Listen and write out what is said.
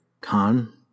Khan